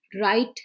right